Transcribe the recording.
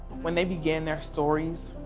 when they began their stories,